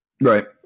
Right